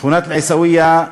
שכונת אל-עיסאוויה,